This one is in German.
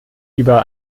über